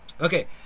Okay